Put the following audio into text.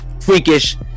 freakish